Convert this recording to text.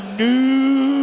new